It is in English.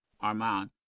Armand